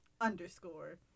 underscore